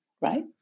right